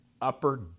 upper